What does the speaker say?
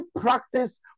practice